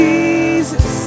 Jesus